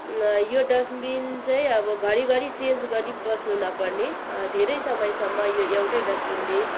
यो डस्टबिन चाहिँ अब घरिघरि चेन्ज गरिबस्नु नपर्ने धेरै समयसम्म यो एउटै डस्टबिनले